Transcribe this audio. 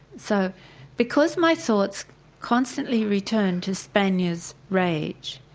so because my thoughts constantly returned to spanier's rage,